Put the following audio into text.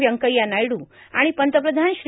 व्येंकय्या नायडू आणि पंतप्रधान श्री